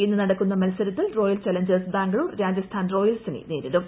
ഇന്ന് നടക്കുന്ന മത്സരത്തിൽ റോയൽ ചലഞ്ചേഴ്സ് ബാംഗ്ലൂർ രാജസ്ഥാൻ റോയൽസിന്െ നേരിടും